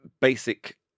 basic